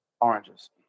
Oranges